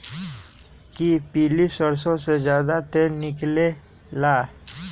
कि पीली सरसों से ज्यादा तेल निकले ला?